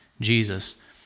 Jesus